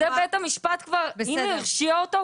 בית המשפט אם הוא הרשיע אותו,